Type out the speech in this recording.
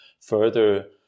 further